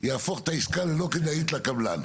יהפוך את העסקה ללא כדאית לקבלן.